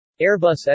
Airbus